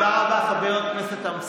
תודה רבה, חבר הכנסת אמסלם.